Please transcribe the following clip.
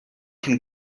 can